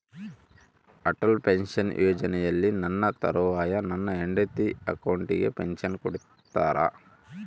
Atal pension ಯೋಜನೆಯಲ್ಲಿ ನನ್ನ ತರುವಾಯ ನನ್ನ ಹೆಂಡತಿ ಅಕೌಂಟಿಗೆ ಪೆನ್ಶನ್ ಕೊಡ್ತೇರಾ?